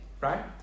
right